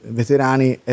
veterani